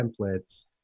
templates